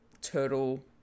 turtle